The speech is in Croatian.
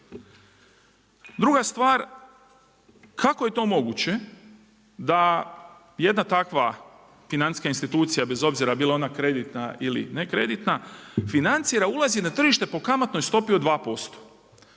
Druga stvar, kako je to moguće da jedna takva financijska institucija bez obzira bila ona kreditna ili ne kreditna financira, ulazi na tržište po kamatnoj stopi od 2%.